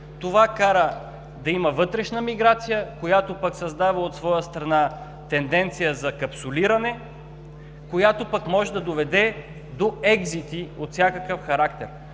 Това кара да има вътрешна миграция, която пък от своя страна създава тенденция за капсулиране, която пък може да доведе до екзити от всякакъв характер.